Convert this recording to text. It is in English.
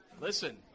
listen